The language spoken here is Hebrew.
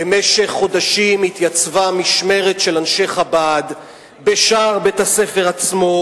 במשך חודשים התייצבה משמרת של אנשי חב"ד בשער בית-הספר עצמו,